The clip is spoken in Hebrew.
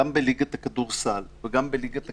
גם בליגת הכדורסל וגם בליגת הכדורגל,